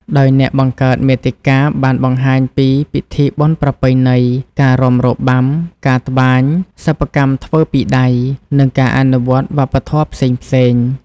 ដោយអ្នកបង្កើតមាតិកាបានបង្ហាញពី ពិធីបុណ្យប្រពៃណី ការរាំរបាំ ការត្បាញ សិប្បកម្មធ្វើពីដៃ និងការអនុវត្តវប្បធម៌ផ្សេងៗ។